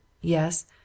YES